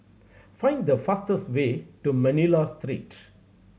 find the fastest way to Manila Street